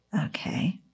Okay